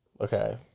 okay